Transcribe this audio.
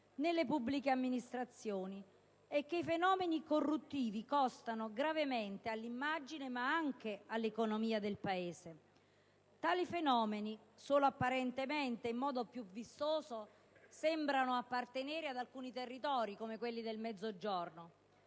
nelle pubbliche amministrazioni e che i fenomeni corruttivi nuocciono gravemente all'immagine ma anche all'economia del Paese. Tali fenomeni, solo apparentemente e in modo più vistoso, sembrano appartenere ad alcuni territori, come quelli del Mezzogiorno;